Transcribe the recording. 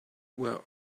were